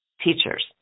teachers